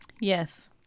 yes